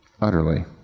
Utterly